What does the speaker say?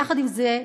יחד עם זה,